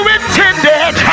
intended